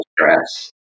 stress